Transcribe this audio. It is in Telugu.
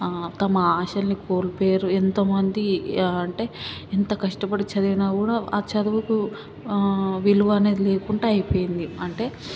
తమ ఆశలని కోల్పోయారు ఎంతోమంది అంటే ఎంత కష్టపడి చదివినా కూడా ఆ చదువుకు విలువ అనేది లేకుండా అయిపోయింది అంటే